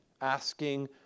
asking